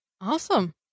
awesome